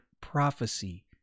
prophecy